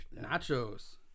Nachos